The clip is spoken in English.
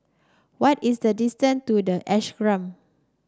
what is the distance to the Ashram